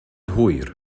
hwyr